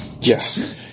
Yes